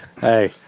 Hey